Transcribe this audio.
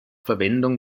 verwendung